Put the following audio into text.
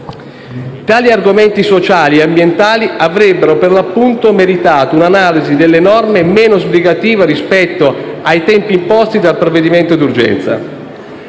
Tali argomenti sociali e ambientali, avrebbero per l'appunto, meritato un'analisi delle norme, meno sbrigativa rispetto ai tempi imposti dai provvedimenti d'urgenza.